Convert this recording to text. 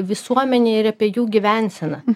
visuomenę ir apie jų gyvenseną